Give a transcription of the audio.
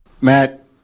Matt